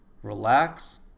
Relax